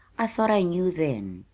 i thought i knew then.